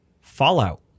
Fallout